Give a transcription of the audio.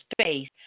space